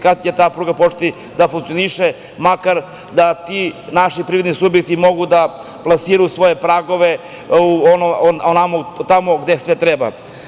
Kada će ta pruga početi da funkcioniše, makar da ti naši privredni subjekti mogu da plasiraju svoje pragove tamo gde treba.